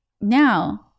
now